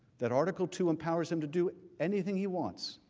that article two empowers them to do anything he wants.